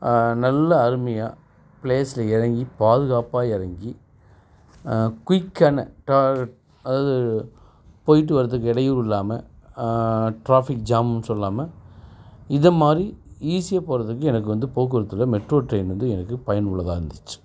நல்லா அருமையாக ஃப்ளேஸில் இறங்கி பாதுகாப்பாக இறங்கி குயிக்கான அதாவது போய்ட்டு வர்றதுக்கு இடையூறு இல்லாமல் ட்ராஃபிக் ஜாம்மு சொல்லாமல் இது மாதிரி ஈஸியாக போகிறதுக்கு எனக்கு வந்து போக்குவரத்தில் மெட்ரோ ட்ரெயின் வந்து எனக்கு பயனுள்ளதாக இருந்துச்சு